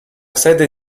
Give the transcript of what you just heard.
sede